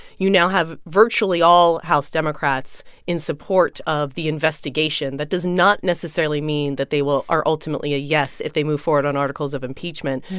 you now have virtually all house democrats in support of the investigation. that does not necessarily mean that they will or ultimately a yes if they move forward on articles of impeachment.